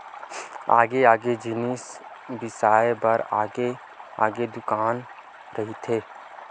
अलगे अलगे जिनिस बिसाए बर अलगे अलगे दुकान रहिथे